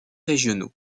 régionaux